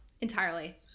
entirely